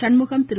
Shanmugam Thiru